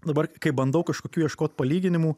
dabar kai bandau kažkokių ieškot palyginimų